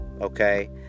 okay